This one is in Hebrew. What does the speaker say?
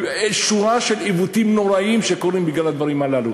שורה של עיוותים נוראיים שקורים בגלל הדברים הללו.